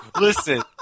listen